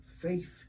Faith